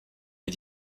est